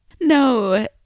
no